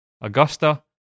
Augusta